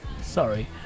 Sorry